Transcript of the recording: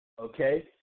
Okay